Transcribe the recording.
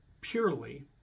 purely